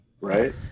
right